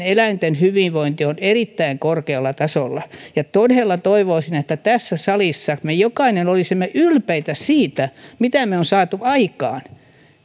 eläinten hyvinvointi on erittäin korkealla tasolla todella toivoisin että tässä salissa me jokainen olisimme ylpeitä siitä mitä me olemme saaneet aikaan